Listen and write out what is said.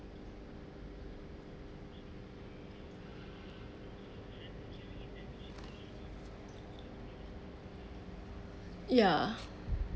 ya